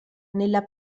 nella